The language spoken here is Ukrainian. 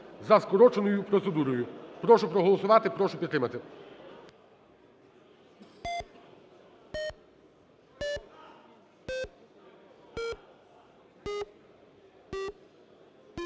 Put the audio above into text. за скороченою процедурою. Прошу голосувати, прошу підтримати.